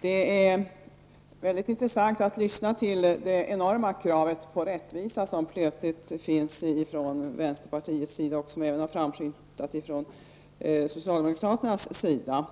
Det är väldigt intressant att lyssna till det enorma kravet på rättvisa som plötsligt finns hos vänsterpartiet och som även framskymtat från socialdemokraternas sida.